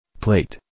Plate